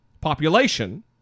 population